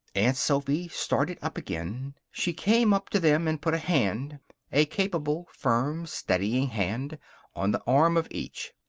aunt sophy started up again. she came up to them and put a hand a capable, firm, steadying hand on the arm of each.